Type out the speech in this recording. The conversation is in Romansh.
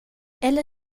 ella